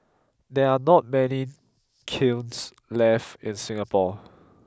there're not many kilns left in Singapore